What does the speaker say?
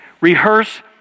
Rehearse